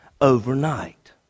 overnight